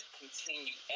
continue